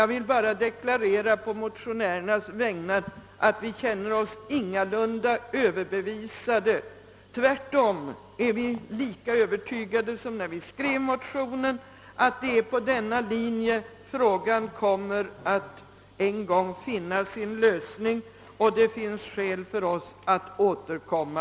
Jag vill bara på motionärernas vägnar deklarera att vi ingalunda känner oss överbevisade. Tvärtom är vi nu lika övertygade, som när vi skrev motionen, om att det är efter denna linje som frågan en gång kommer att finna sin lösning. Det finns skäl för oss att återkomma.